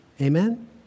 Amen